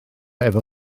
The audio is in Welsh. efo